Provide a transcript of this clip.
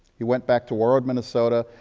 he went back to warroad, minnesota,